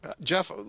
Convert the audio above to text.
Jeff